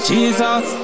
Jesus